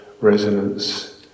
resonance